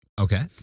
okay